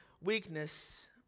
weakness